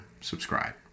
subscribe